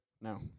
No